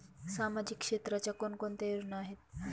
सामाजिक क्षेत्राच्या कोणकोणत्या योजना आहेत?